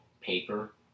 paper